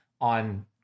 on